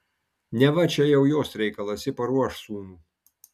neva čia jau jos reikalas ji paruoš sūnų